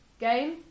game